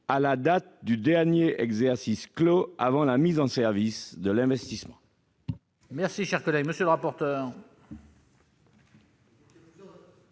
à la date du dernier exercice social clos avant la mise en service de l'investissement.